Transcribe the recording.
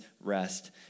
rest